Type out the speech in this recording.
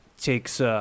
takes